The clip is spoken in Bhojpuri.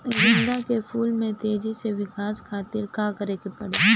गेंदा के फूल में तेजी से विकास खातिर का करे के पड़ी?